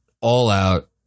all-out